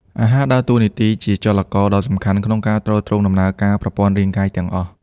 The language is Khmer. អាហារដើរតួនាទីជាចលករដ៏សំខាន់ក្នុងការ ទ្រទ្រង់ដំណើរការប្រព័ន្ធរាងកាយ ទាំងអស់។